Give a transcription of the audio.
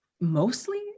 mostly